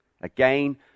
Again